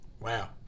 wow